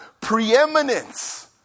preeminence